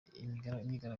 imyigaragambyo